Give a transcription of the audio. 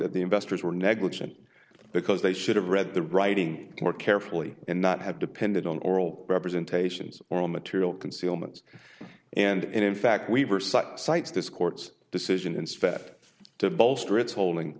that the investors were negligent because they should have read the writing more carefully and not have depended on oral representations oral material concealments and in fact we were such sites this court's decision instead to bolster its holding